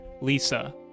lisa